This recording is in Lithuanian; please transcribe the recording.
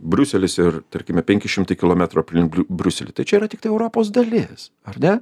briuselis ir tarkime penki šimtai kilometrų aplink briuselį tačiau yra tiktai europos dalis ar ne